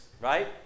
right